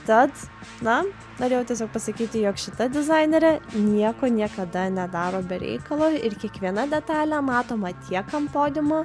tad na norėjau tiesiog pasakyti jog šita dizainerė nieko niekada nedaro be reikalo ir kiekviena detalė matoma tiek an podiumo